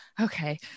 okay